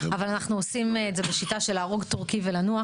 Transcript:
אבל אנחנו עושים את זה בשיטה של "להרוג טורקי ולנוח".